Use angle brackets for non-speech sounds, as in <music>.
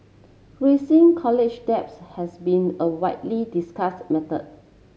<unintelligible> college debts has been a widely discussed matter